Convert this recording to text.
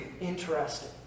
interesting